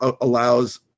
allows